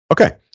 Okay